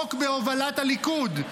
חוק בהובלת הליכוד,